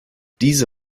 diese